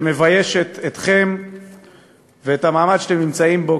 שמביישת אתכם ואת המעמד שאתם נמצאים בו,